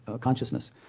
consciousness